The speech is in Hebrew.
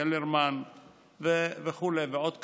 קלרמן ועוד קרנות,